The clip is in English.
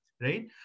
right